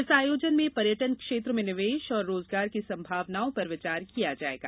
इस आयोजन में पर्यटन क्षेत्र में निवेश और रोजगार की संभावनाओं पर विचार किया जायेगा